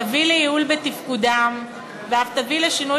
תביא לייעול בתפקודם ואף תביא לשינוי